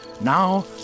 Now